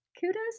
kudos